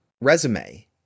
resume